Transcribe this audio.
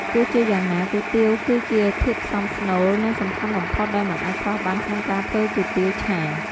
ទោះជាយ៉ាងណា គុយទាវគឺជាធាតុផ្សំស្នូល និងសំខាន់បំផុត ដែលមិនអាចខ្វះបានក្នុងការធ្វើគុយទាវឆា។